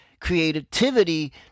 creativity